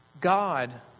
God